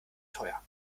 teuer